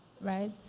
Right